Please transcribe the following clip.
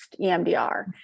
EMDR